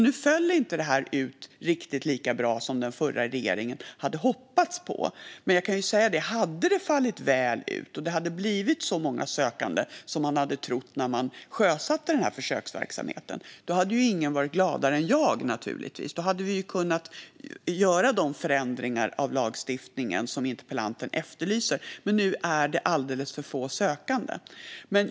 Nu föll inte det här ut riktigt så bra som den förra regeringen hade hoppats på, men jag kan säga att om det hade fallit väl ut och blivit så många sökande som man trodde när man sjösatte verksamheten hade ingen varit gladare än jag naturligtvis. Då hade vi kunnat göra de förändringar av lagstiftningen som interpellanten efterlyser. Men nu är det alldeles för få sökande.